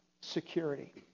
security